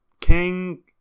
King